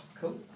cool